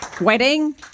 Wedding